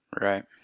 Right